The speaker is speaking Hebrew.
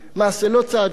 זה לא צעד של התרסה,